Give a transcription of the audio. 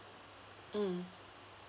mm